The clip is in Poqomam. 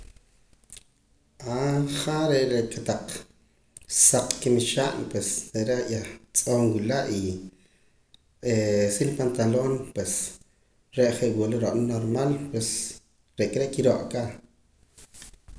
Ja re' re' kotaq saq kamix'an pues re' re' yah tz'oo' nwila' y sa nupantalon pues re je' wula ro'na normal pues re'aka are' kiro'aka